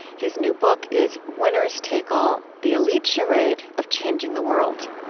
his new book is winners take all the elite charade of changing the world